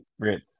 great